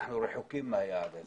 אנחנו רחוקים מהיעד הזה.